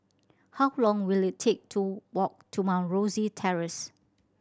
how long will it take to walk to Mount Rosie Terrace